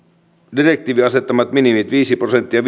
direktiivin asettamat minimit viisi prosenttia